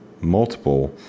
multiple